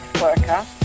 worker